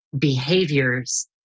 behaviors